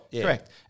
correct